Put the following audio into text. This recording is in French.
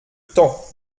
temps